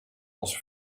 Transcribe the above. als